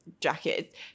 jacket